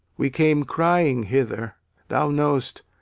we came crying hither thou know'st,